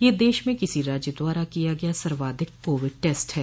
यह देश में किसी राज्य द्वारा किया गया सर्वाधिक कोविड टेस्ट है